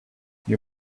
you